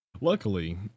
Luckily